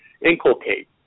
inculcate